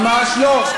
ממש לא.